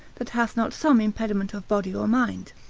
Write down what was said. that hath not some impediment of body or mind.